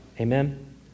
Amen